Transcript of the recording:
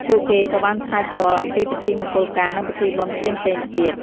ពួកគេក៏បានផ្សាយផ្ទាល់អំពីពិធីមង្គលការនិងពិធីបុណ្យផ្សេងៗទៀត។